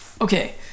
Okay